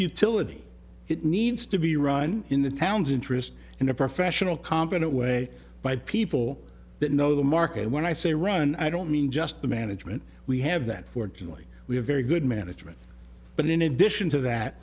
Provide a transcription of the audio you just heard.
utility it needs to be run in the town's interest in a professional competent way by people that know the market and when i say run i don't mean just the management we have that fortunately we have very good management but in addition to that